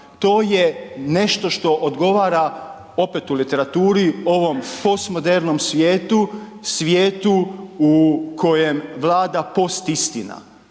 To je nešto što odgovara, opet u literaturi ovom postmodernom svijetu, svijetu u kojem vlada postisitina.